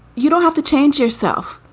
you don't have to change yourself.